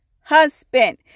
Husband